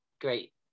great